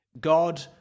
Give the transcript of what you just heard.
God